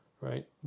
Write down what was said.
right